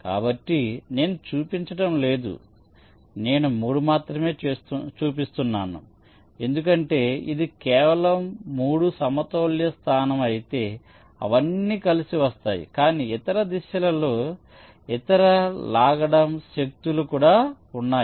కాబట్టి నేను చూపించడం లేదు నేను 3 మాత్రమే చూపిస్తున్నాను ఎందుకంటే ఇది కేవలం 3 సమతౌల్య స్థానం అయితే అవన్నీ కలిసి వస్తాయి కాని ఇతర దిశలలో ఇతర లాగడం శక్తులు కూడా ఉన్నాయి